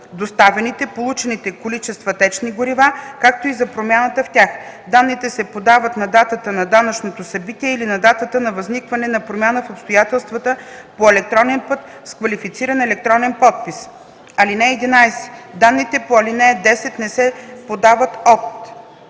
доставените/получените количества течни горива, както и за промяната в тях. Данните се подават на датата на данъчното събитие или на датата на възникване на промяна в обстоятелствата по електронен път с квалифициран електронен подпис. (11) Данни по ал. 10 не се подават от: